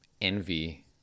envy